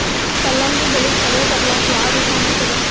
ಕಲ್ಲಂಗಡಿ ಬೆಳಿ ಚಲೋ ಬರಲಾಕ ಯಾವ ವಿಧಾನ ಚಲೋ?